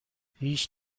هیچ